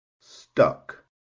stuck